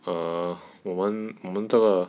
err 我们我们这个